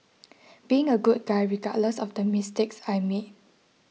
being a good guy regardless of the mistakes I made